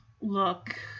look